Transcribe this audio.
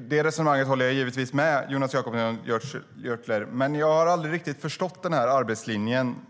Det resonemanget håller jag givetvis med Jonas Jacobsson Gjörtler om, men jag har aldrig riktigt förstått den här arbetslinjen.